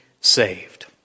saved